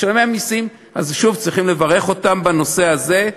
משלמי המסים אז שוב, צריך לברך אותם בנושא הזה.